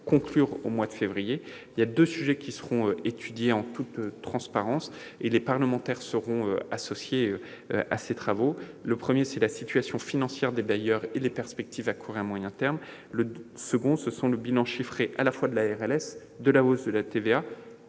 conclure à cette date. Deux sujets seront étudiés en toute transparence et les parlementaires seront associés aux travaux. Le premier porte sur la situation financière des bailleurs et les perspectives à court et à moyen terme ; le second, sur les bilans chiffrés de la RLS, de la hausse de la TVA